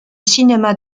cinéma